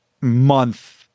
month